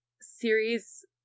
series